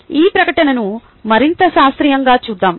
ఈ ప్రకటనను మరింత శాస్త్రీయంగా చూద్దాం